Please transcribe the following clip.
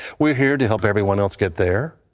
we're here to help everyone else get there.